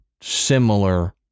similar